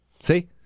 see